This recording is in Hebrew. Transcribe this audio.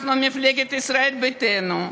אנחנו, מפלגת ישראל ביתנו,